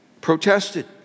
protested